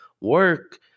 work